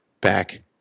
back